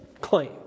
claim